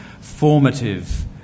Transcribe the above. formative